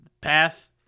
path